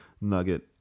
nugget